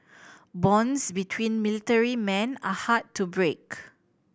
bonds between military men are hard to break